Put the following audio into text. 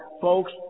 Folks